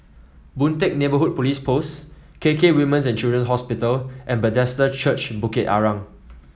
Boon Teck Neighbourhood Police Post K K Women's and Children's Hospital and Bethesda Church Bukit Arang